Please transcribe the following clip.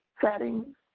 settings